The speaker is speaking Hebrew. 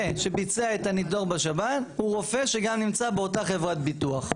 שביצע את הניתוח בשב"ן הוא רופא שגם נמצא באותה חברת הביטוח.